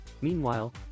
meanwhile